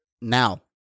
now